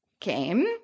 Came